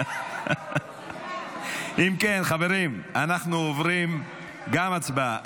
אם כן, אנחנו עוברים לעוד הצבעה.